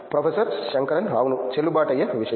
professor Shankaran అవును చెల్లుబాటు అయ్యే విషయం